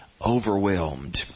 overwhelmed